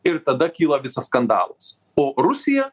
ir tada kyla visas skandalas o rusija